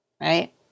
right